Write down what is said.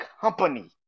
company